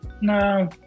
no